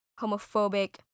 homophobic